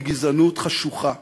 מגזענות חשוכה.